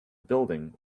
building